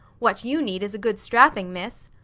what you need is a good strapping, miss.